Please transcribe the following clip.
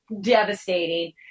devastating